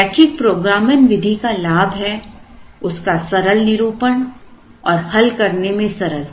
रैखिक प्रोग्रामन विधि का लाभ है उसका सरल निरूपण और हल करने में सरलता